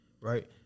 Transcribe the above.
right